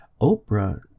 Oprah